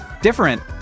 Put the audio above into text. different